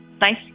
nice